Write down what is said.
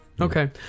Okay